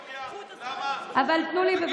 עיראקי, יהודי, כולנו אחים לוחמים.